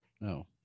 no